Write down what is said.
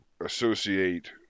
associate